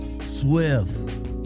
Swift